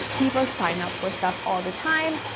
people sign up for stuff all the time.